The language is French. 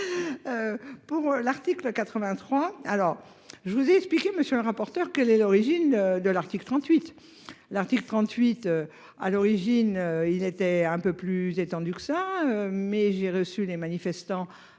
Pour l'article 83. Alors je vous ai expliqué monsieur le rapporteur. Quelle est l'origine de l'article 38. L'article 38. À l'origine, il était un peu plus étendu que ça mais j'ai reçu des manifestants.